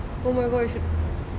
oh my god